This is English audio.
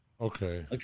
okay